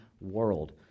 world